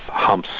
homs,